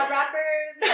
Rappers